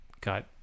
got